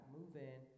moving